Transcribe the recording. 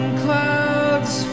clouds